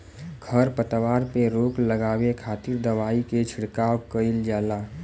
खरपतवार पे रोक लगावे खातिर दवाई के छिड़काव कईल जाला